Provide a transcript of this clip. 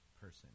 person